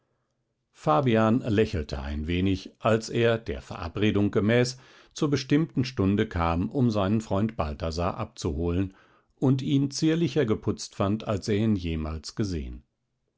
fabian lächelte ein wenig als er der verabredung gemäß zur bestimmten stunde kam um seinen freund balthasar abzuholen und ihn zierlicher geputzt fand als er ihn jemals gesehen